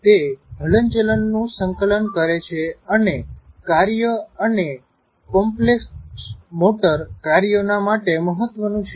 તે હલનચલન નું સંકલન કરે છે અને કાર્ય અને કૉમ્પ્લેક્સ મોટર કાર્યોના માટે મહત્ત્વનું છે